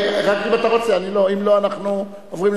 חברת